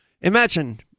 Imagine